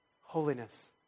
holiness